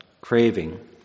craving